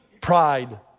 Pride